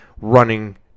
running